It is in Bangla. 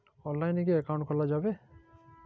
অনলাইনে কি অ্যাকাউন্ট খোলা যাবে?